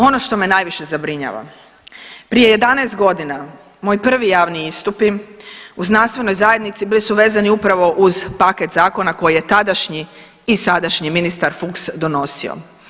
Ono što me najviše zabrinjava prije 11 godina moj prvi javni istupi u znanstvenoj zajednici bili su vezani upravo uz paket zakona koji je tadašnji i sadašnji ministar Fuchs donosio.